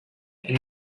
and